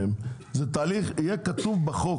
בסדר, נלך איתכם.